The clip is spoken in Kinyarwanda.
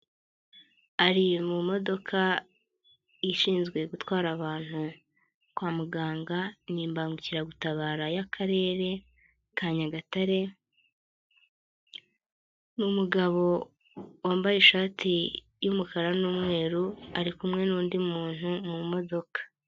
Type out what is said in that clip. Ari mu modoka ishinzwe gutwara abantu kwa muganga ni imbangukiragutabara y'Akarere Nyagatare, ni umugabo wambaye ishati y'umukara n'umweru ari kumwe n'undi muntu mu modoka.